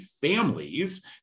families